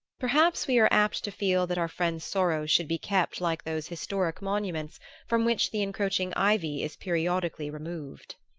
perhaps we are apt to feel that our friends' sorrows should be kept like those historic monuments from which the encroaching ivy is periodically removed.